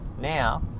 Now